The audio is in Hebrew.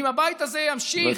ואם הבית הזה ימשיך,